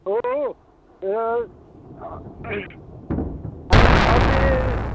ओ ओ आ अनि अथी